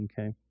Okay